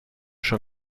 schon